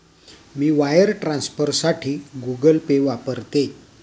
मी wire ट्रान्सफरसाठी Google Pay वापरते